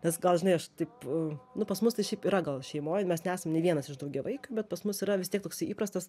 nes gal žinai aš taip nu pas mus tas šiaip yra gal šeimoj mes nesam ne vienas iš daugiavaikių bet pas mus yra vis tiek toks įprastas